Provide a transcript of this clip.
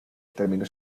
terminó